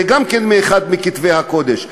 זה גם כן אחד מכתבי הקודש,